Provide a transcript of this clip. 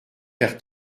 père